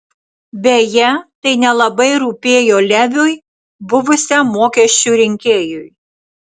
beje tai nelabai rūpėjo leviui buvusiam mokesčių rinkėjui